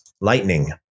Lightning